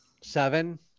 seven